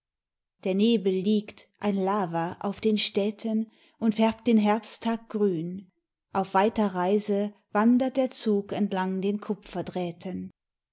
der nebel liegt ein lava auf den städten und färbt den herbsttag grün auf weiter reise wandert der zug entlang den